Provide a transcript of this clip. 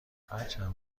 هرچند